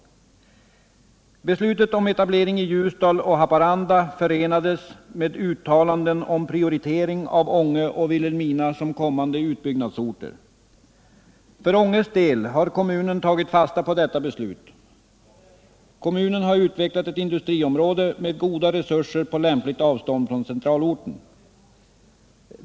Beslutet om etablering i Ljusdal och Haparanda förenades med uttalanden om prioritering av Ånge och Vilhelmina som kommande utbyggnadsorter. För Ånges del har kommunen tagit fasta på detta beslut. Kommunen har utvecklat ett industriområde med goda resurser på lämpligt avstånd från centralorten.